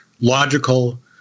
logical